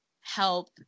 help